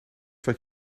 wat